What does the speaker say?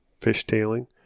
fishtailing